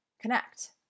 connect